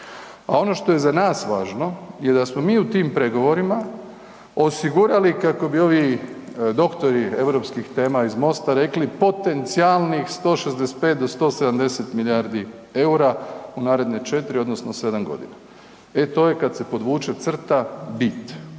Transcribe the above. a ono što je za nas važno je da smo mi u tim pregovorima, osigurali, kako bi ovi doktori europskih tema iz Mosta rekli, potencijalnih 165 do 170 milijardi eura u naredne 4 odnosno 7 godina. E to je kad se podvuče crta bit.